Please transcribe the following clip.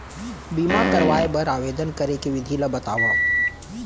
बीमा करवाय बर आवेदन करे के विधि ल बतावव?